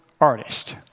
artist